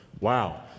Wow